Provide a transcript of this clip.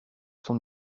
son